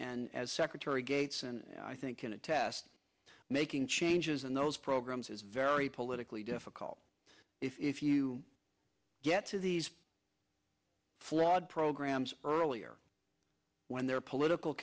and as secretary gates and i think can attest making changes in those programs is very politically difficult if you get to these flawed programs earlier when their political